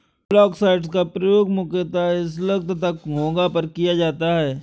मोलॉक्साइड्स का प्रयोग मुख्यतः स्लग तथा घोंघा पर किया जाता है